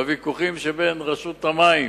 הוויכוחים שבין רשות המים